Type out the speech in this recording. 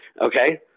Okay